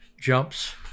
jumps